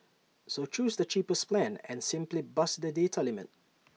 so choose the cheapest plan and simply bust the data limit